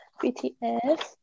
BTS